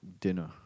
dinner